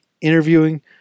interviewing